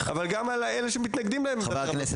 אבל גם על אלה שמתנגדים --- חבר הכנסת משה רוט.